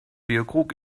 bierkrug